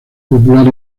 popular